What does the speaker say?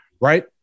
Right